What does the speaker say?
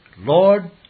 Lord